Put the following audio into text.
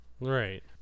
Right